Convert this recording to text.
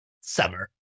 summer